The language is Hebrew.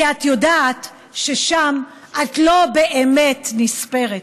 כי את יודעת ששם את לא באמת נספרת.